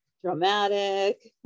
dramatic